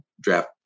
draft